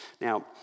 Now